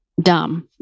dumb